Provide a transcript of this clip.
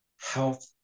health